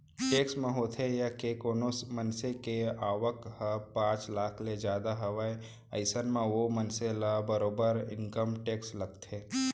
tax म होथे ये के कोनो मनसे के आवक ह पांच लाख ले जादा हावय अइसन म ओ मनसे ल बरोबर इनकम टेक्स लगथे